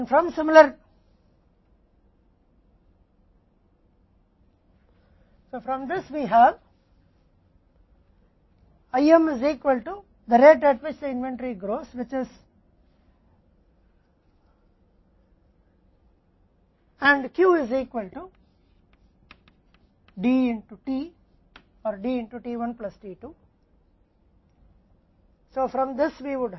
तो IM से और इसी तरह से हमारे पास है IM बराबर है जिस पर इन्वेंट्री बढ़ती है और Q बराबर है D T और T1 प्लस t 2 में है इसलिए इससे हम है